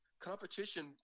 competition